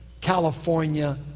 California